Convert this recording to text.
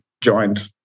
joined